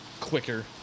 quicker